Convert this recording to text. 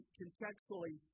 contextually